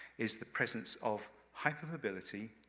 is the presence of hypermobility,